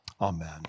Amen